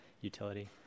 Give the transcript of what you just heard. utility